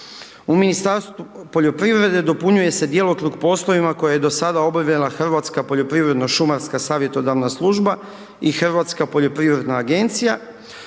U Ministarstvu poljoprivrede dopunjuje se djelokrug poslovima koje je do sada obavljala Hrvatska poljoprivredna šumarska savjetodavna služba i Hrvatska poljoprivredna agencija.